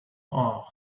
are